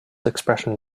expression